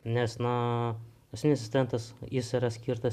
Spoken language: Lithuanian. nes na asmeninis asistentas jis yra skirtas